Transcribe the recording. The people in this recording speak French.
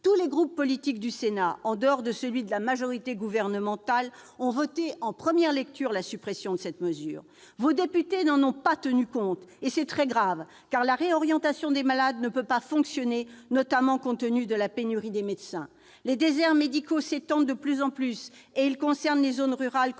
Tous les groupes politiques du Sénat, en dehors de celui de la majorité gouvernementale, ont voté, en première lecture, la suppression de cette mesure. Vos députés n'en ont pas tenu compte. C'est très grave, car la réorientation des malades ne peut pas fonctionner, compte tenu notamment de la pénurie des médecins. Les déserts médicaux s'étendent de plus en plus, dans les zones rurales